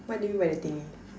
what do you mean by the thingy